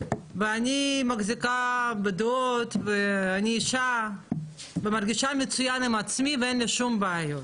אני מחזיקה בדעות ואני אישה ומרגישה מצוין עם עצמי ואין לי שום בעיות,